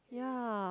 ya